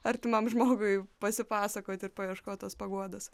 artimam žmogui pasipasakot ir paieškot tos paguodos